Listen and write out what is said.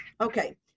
Okay